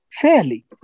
fairly